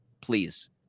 please